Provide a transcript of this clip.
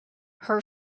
her